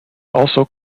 also